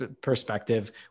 perspective